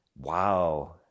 wow